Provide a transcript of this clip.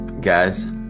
guys